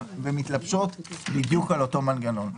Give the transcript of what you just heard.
והן מתלבשות בדיוק על אותו מנגנון.